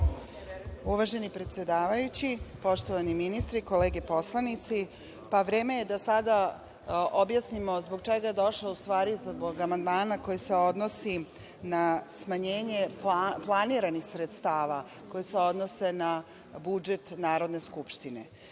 Uvaženi predsedavajući, poštovani ministri, kolege poslanici, vreme je da sada objasnimo zbog čega je došlo, u stvari do amandmana koji se odnosi na smanjenje planiranih sredstava koja se odnose na budžet Narodne skupštine. Pre